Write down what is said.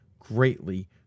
greatly